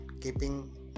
keeping